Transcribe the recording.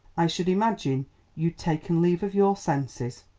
i should imagine you'd taken leave of your senses.